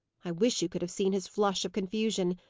i wish you could have seen his flush of confusion!